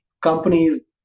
companies